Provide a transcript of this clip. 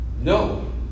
No